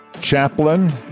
chaplain